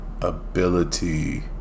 ability